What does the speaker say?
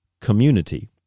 community